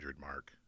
mark